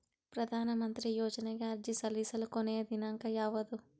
ಪ್ರಧಾನ ಮಂತ್ರಿ ಯೋಜನೆಗೆ ಅರ್ಜಿ ಸಲ್ಲಿಸಲು ಕೊನೆಯ ದಿನಾಂಕ ಯಾವದು?